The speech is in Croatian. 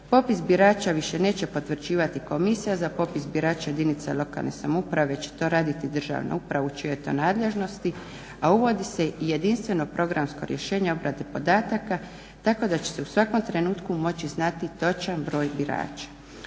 popis birača više neće potvrđivati Komisija za popis birača jedinica lokalne samouprave već će to raditi državna uprava u čijoj je to nadležnosti, a uvodi se i jedinstveno programsko rješenje obrade podataka tako da će se u svakom trenutku moći znati točan broj birača.